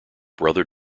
brother